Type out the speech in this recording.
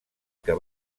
que